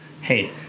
hey